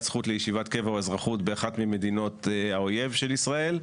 זכות לישיבת קבע או אזרחות באחת ממדינות האויב של ישראל,